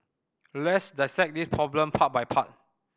let's dissect this problem part by part